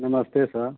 नमस्ते सर